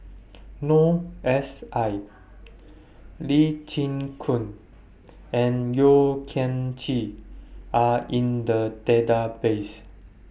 Noor S I Lee Chin Koon and Yeo Kian Chye Are in The Database